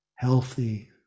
healthy